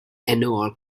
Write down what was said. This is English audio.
annual